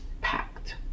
packed